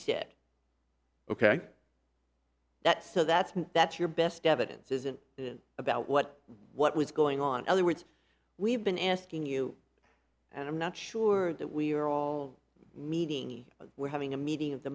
said ok that so that's that's your best evidence isn't about what what was going on in other words we've been asking you and i'm not sure that we're all meeting but we're having a meeting of the